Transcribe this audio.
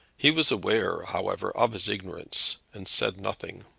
he was aware, however, of his ignorance, and said nothing.